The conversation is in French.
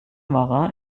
marin